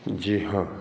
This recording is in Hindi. जी हाँ